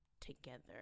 together